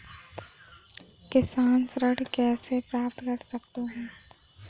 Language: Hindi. किसान ऋण कैसे प्राप्त कर सकते हैं?